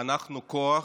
אנחנו כוח,